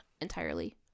entirely